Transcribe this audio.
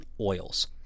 oils